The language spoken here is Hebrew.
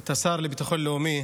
את השר לביטחון לאומי